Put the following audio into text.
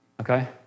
Okay